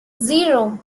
zero